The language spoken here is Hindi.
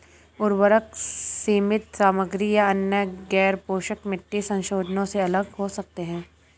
उर्वरक सीमित सामग्री या अन्य गैरपोषक मिट्टी संशोधनों से अलग हो सकते हैं